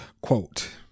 quote